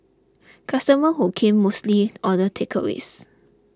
customers who come mostly order takeaways